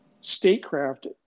statecraft